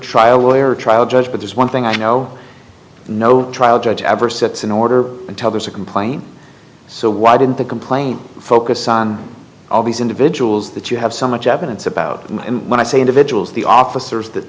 trial lawyer a trial judge but there's one thing i know no trial judge ever sets an order until there's a complaint so why didn't the complaint focus on all these individuals that you have so much evidence about when i say individuals the officers that